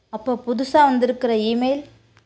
அப்போது புதுசாக வந்திருக்கிற ஈமெயில்